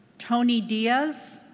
tony diaz?